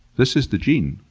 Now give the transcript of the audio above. this is the gene!